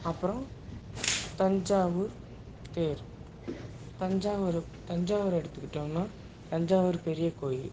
அப்புறம் தஞ்சாவூர் தேர் தஞ்சாவூரை தஞ்சாவூரை எடுத்துகிட்டோம்னா தஞ்சாவூர் பெரிய கோயில்